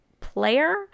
player